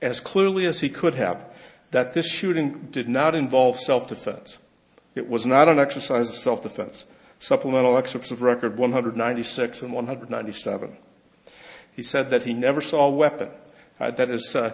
as clearly as he could have that this shooting did not involve self defense it was not an exercise of self defense supplemental excerpts of record one hundred ninety six and one hundred ninety seven he said that he never saw a weapon that is